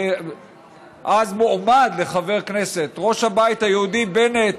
אז מועמד לחבר כנסת ראש הבית היהודי בנט,